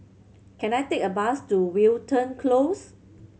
can I take a bus to Wilton Close